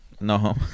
No